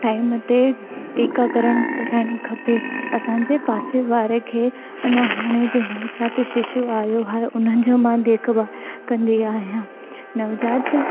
time ते टिका करणु कराइणु खपे असांजे पासे वारे खे अञा हाणे जे नवजात शिशू आयो आहे हुननि जो मां देखभाल कंदी आहियां नवजात